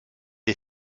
est